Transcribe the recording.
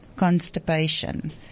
constipation